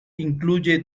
incluye